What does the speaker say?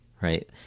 right